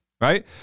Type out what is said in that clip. right